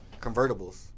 convertibles